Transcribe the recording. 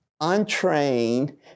untrained